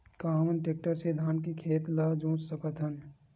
का हमन टेक्टर से धान के खेत ल जोत सकथन?